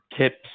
tips